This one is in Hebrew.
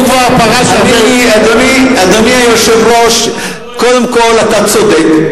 אדוני היושב-ראש, קודם כול, אתה צודק.